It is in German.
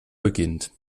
beginnt